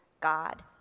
God